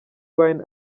wine